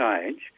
change